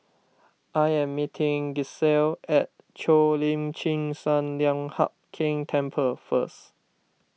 I am meeting Gisselle at Cheo Lim Chin Sun Lian Hup Keng Temple first